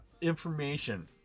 information